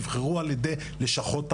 נבחרו על ידי לשכות הרווחה,